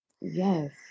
Yes